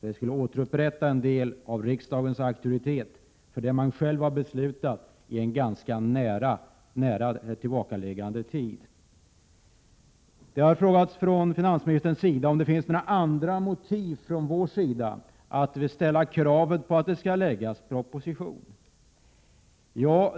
Det skulle återupprätta en del av riksdagens auktoritet när det gäller det man själv har beslutat ganska nyligen. Finansministern har frågat om det finns några andra motiv från vår sida för kravet på en proposition.